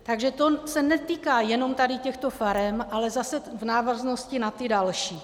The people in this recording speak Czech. Takže to se netýká jenom tady těchto farem, ale zase v návaznosti na ty další.